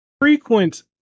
frequent